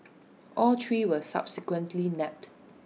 all three were subsequently nabbed